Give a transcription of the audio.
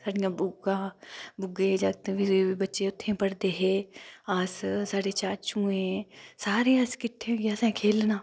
साढ़ियां बूआं बूऐं दे जागत बच्चे बी उत्थै गै पढ़दे हे अस साढे़ चाचुएं सारें असें किट्ठे होइयै खेढना